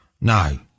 No